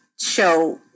show